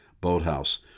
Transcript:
Boathouse